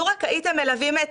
לו רק הייתם מלווים את